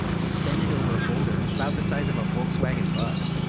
suspended over a boulder about the size of a volkswagen bug.